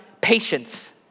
patience